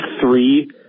three